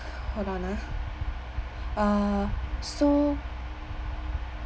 hold on lah uh so